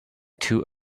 too